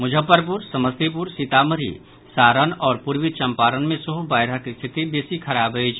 मुजफ्फरपुर समस्तीपुर सीतामढ़ी सारण आओर पूर्वी चंपारण मे सेहो बाढ़िक स्थिति बेसी खराब अछि